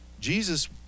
jesus